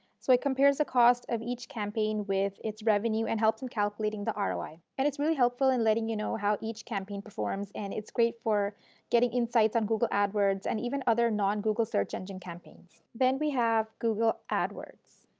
so it compares the cost of each campaign with its revenue and helps in calculating the um roi. and it's really helpful in letting you know how each campaign performs and it great for getting insights on google adwords and even other non google search engine campaigns. then we have google adwords.